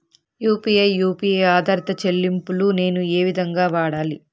UPI U P I ఆధారిత చెల్లింపులు నేను ఏ విధంగా వాడాలి?